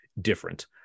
Different